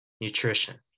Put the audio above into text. nutrition